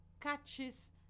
catches